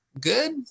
good